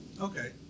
Okay